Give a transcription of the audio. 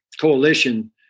Coalition